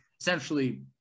essentially